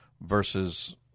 versus